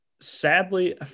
sadly